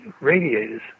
radiators